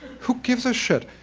who gives a shit?